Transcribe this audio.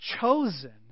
chosen